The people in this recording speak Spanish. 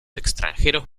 extranjeros